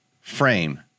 frame